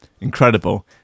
Incredible